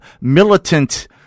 militant